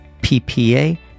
PPA